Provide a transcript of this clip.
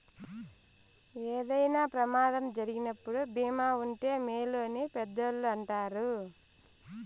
ఏదైనా ప్రమాదం జరిగినప్పుడు భీమా ఉంటే మేలు అని పెద్దోళ్ళు అంటారు